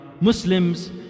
Muslims